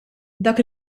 dak